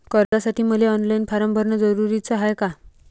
कर्जासाठी मले online form भरन जरुरीच हाय का?